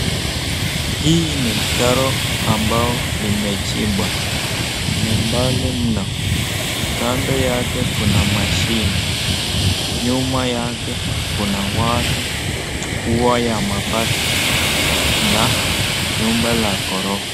Hii ni mtaro ambao imechimbwa, ni mbali mno. Kando yake kuna mashine. Nyuma yake kuna watu, ua ya mabati na nyumba la ghorofa.